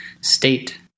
state